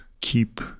keep